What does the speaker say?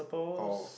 call